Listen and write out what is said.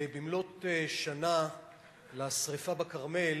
במלאות שנה לשרפה בכרמל